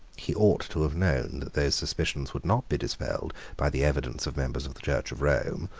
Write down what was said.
he ought to have known that those suspicions would not be dispelled by the evidence of members of the church of rome,